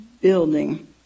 building